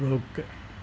रुक